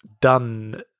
done